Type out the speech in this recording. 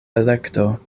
elekto